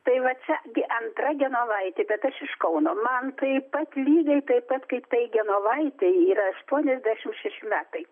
tai va čia gi antra genovaitė bet aš iš kauno man taip pat lygiai taip pat kaip tai genovaitei yra aštuoniasdešimt šeši metai